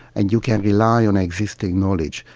and you can rely on existing knowledge.